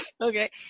Okay